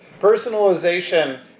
Personalization